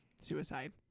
suicide